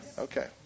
Okay